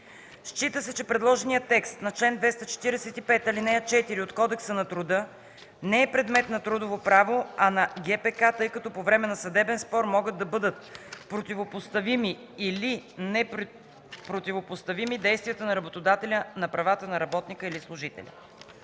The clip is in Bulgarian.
Счита се, че предложеният текст на чл.245, ал. 4 от Кодекса на труда не е предмет на трудово право, а на ГПК, тъй като по време на съдебен спор могат да бъдат противопоставими или непротивопоставими действията на работодателя на правата на работника или служителя.